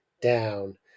down